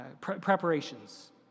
preparations